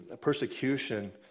persecution